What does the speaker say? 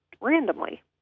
randomly